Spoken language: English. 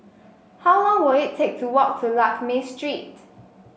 how long will it take to walk to Lakme Street